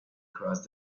cross